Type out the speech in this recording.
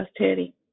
Teddy